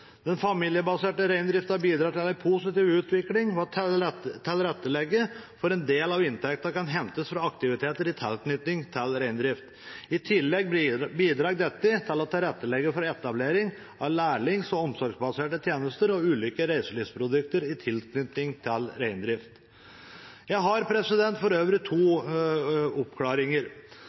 Den familiebaserte reindrifta bidrar til en positiv utvikling og tilrettelegger for at en del av inntekten kan hentes fra aktiviteter i tilknytning til reindrift. I tillegg bidrar dette til å tilrettelegge for etablering av lærlings- og omsorgsbaserte tjenester og ulike reiselivsprodukter i tilknytning til reindrift. Jeg har for øvrig to oppklaringer.